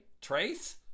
trace